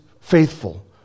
faithful